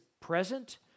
present